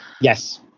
Yes